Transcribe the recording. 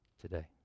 today